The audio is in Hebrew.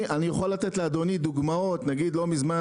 אני יכול לתת לאדוני דוגמאות: לא מזמן